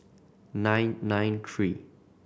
nine nine three